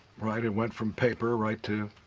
write. it went from paper right to